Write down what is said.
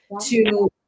to-